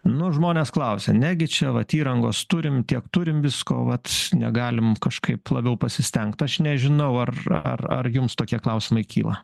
nu žmonės klausia negi čia vat įrangos turim tiek turim visko vat negalim kažkaip labiau pasistengt aš nežinau ar ar ar jums tokie klausimai kyla